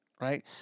right